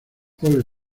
all